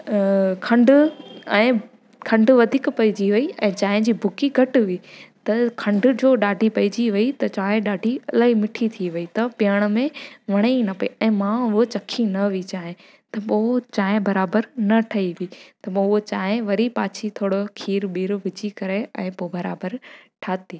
खंडु ऐं खंडु वधीक पइजी वई ऐं चांहि जी बुकी घटि हुई त खंड जो ॾाढी पैजी वई त चांहि ॾाढी इलाही मिठी थी वई त पीअण में वणे ई न पई ऐं मां उहो चखी न हुई चांहि त पोइ चांहि बराबरि न ठही हुई त पोइ उहो चांहि वरी पाछी थोरो ख़ीरु वीरु विझी करे ऐं पोइ बराबरि ठाही